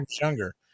younger